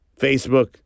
Facebook